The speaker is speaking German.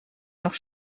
noch